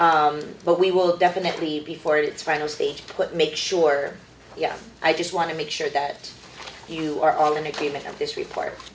something but we will definitely before it's final stage put make sure yeah i just want to make sure that you are all in agreement on this report